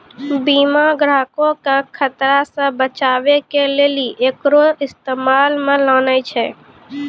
बीमा ग्राहको के खतरा से बचाबै के लेली एकरो इस्तेमाल मे लानै छै